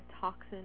toxin